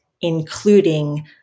including